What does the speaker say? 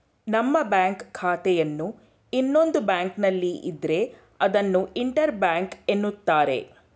ನಮ್ಮ ಬ್ಯಾಂಕ್ ಖಾತೆಯನ್ನು ಇನ್ನೊಂದು ಬ್ಯಾಂಕ್ನಲ್ಲಿ ಇದ್ರೆ ಅದನ್ನು ಇಂಟರ್ ಬ್ಯಾಂಕ್ ಎನ್ನುತ್ತಾರೆ